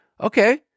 Okay